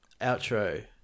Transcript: Outro